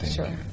Sure